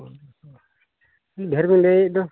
ᱦᱳᱭ ᱦᱳᱭ ᱰᱷᱮᱹᱨ ᱵᱤᱱ ᱞᱟᱹᱭᱮᱫ ᱫᱚ